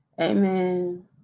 Amen